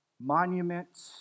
monuments